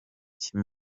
cy’i